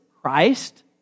Christ